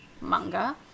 manga